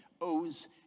owes